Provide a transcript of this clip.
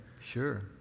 sure